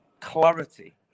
clarity